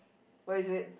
where is it